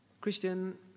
christian